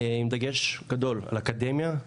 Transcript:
עם דגש גדול על אקדמיה,